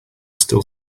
still